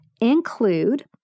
include